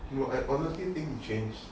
I honestly think change